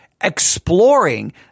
exploring